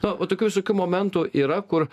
nu va tokių visokių momentų yra kur